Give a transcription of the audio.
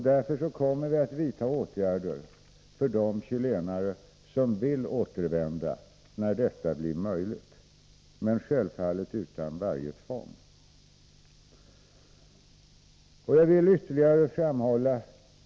Därför kommer vi att vidta åtgärder för att de chilenare som vill återvända när detta blir möjligt skall kunna göra det, dock självfallet utan varje tvång.